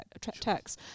tax